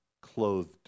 clothed